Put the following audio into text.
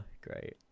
Great